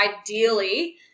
ideally